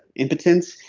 impotence.